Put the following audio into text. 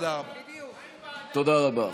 תודה רבה.